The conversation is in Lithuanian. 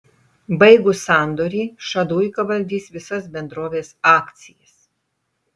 baigus sandorį šaduika valdys visas bendrovės akcijas